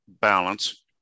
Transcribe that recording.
balance